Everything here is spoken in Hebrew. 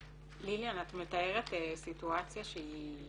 ליליאן את מתארת סיטואציה שהיא